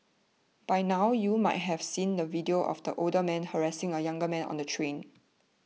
by now you might have seen the video of the older man harassing a younger man on the train